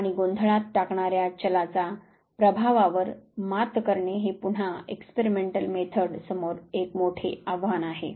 आणि गोंधळात टाकणार्या चलाचा प्रभावावर मात करणे हे पुन्हा एक्सपेरिमेंटल मेथड समोर एक मोठे आव्हान आहे